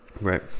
right